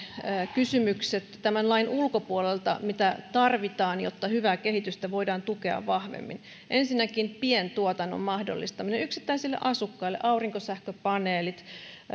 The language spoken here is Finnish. kysymykset tämän lain ulkopuolelta siitä mitä tarvitaan jotta hyvää kehitystä voidaan tukea vahvemmin ensinnäkin pientuotannon mahdollistaminen yksittäisille asukkaille aurinkosähköpaneelit